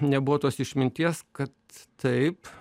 nebuvo tos išminties kad taip